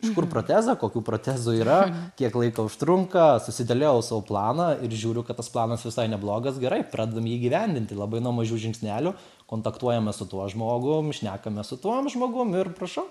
iš kur protezą kokių protezų yra kiek laiko užtrunka susidėliojau savo planą ir žiūriu kad tas planas visai neblogas gerai pradedam jį įgyvendinti labai nuo mažų žingsnelių kontaktuojamės su tuo žmogum šnekamės su tuom žmogum ir prašau